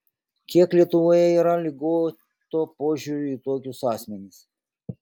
kiek lietuvoje yra ligoto požiūrio į tokius asmenis